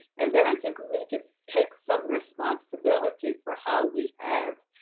and then i think we need to take some responsibility for how we have